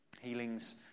Healings